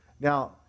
Now